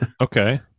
Okay